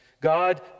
God